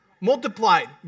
multiplied